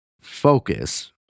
focus